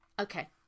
Okay